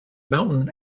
mountain